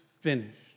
finished